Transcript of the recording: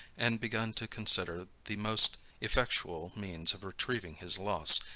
and begun to consider the most effectual means of retrieving his loss,